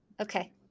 Okay